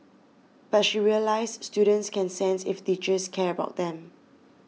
but she realised students can sense if teachers care about them